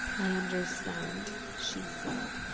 i understand, she said.